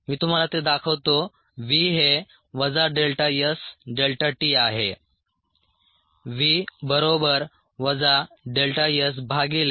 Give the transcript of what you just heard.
मी तुम्हाला ते दाखवतो v हे वजा डेल्टा s डेल्टा t आहे